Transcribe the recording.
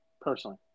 personally